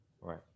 Right